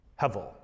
Hevel